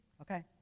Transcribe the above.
Okay